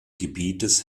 gebietes